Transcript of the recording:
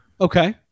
Okay